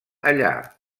allà